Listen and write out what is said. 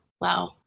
wow